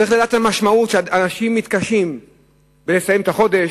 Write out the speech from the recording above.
צריך לדעת את המשמעות כשאנשים מתקשים לסיים את החודש,